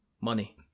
money